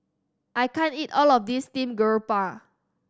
I can't eat all of this steamed garoupa